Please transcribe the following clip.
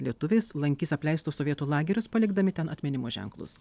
lietuviais lankys apleistus sovietų lagerius palikdami ten atminimo ženklus